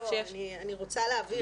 אני רוצה להבהיר.